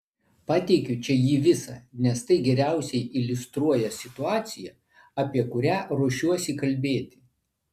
pateikiu čia jį visą nes tai geriausiai iliustruoja situaciją apie kurią ruošiuosi kalbėti